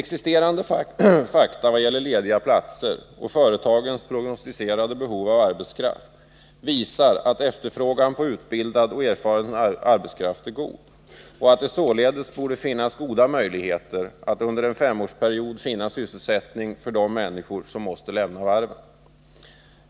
Fakta när det gäller lediga platser och företagens prognostiserade behov av arbetskraft visar att efterfrågan på utbildad och erfaren arbetskraft är god och att det således borde finnas goda möjligheter att under en femårsperiod finna sysselsättning för de människor som måste lämna varven.